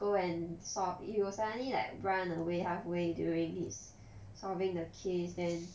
go and solve he will suddenly like run away halfway during his solving the case then